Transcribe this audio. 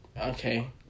okay